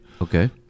Okay